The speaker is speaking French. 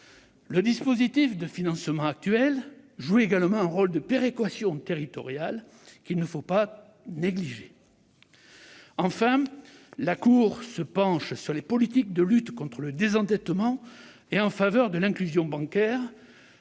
Le dispositif de financement actuel joue également un rôle de péréquation territoriale qu'il ne faut pas négliger. D'autre part, la Cour se penche sur les politiques de lutte contre le désendettement et en faveur de l'inclusion bancaire,